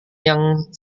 yang